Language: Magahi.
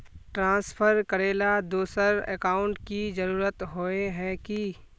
ट्रांसफर करेला दोसर अकाउंट की जरुरत होय है की?